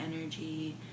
energy